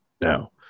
Now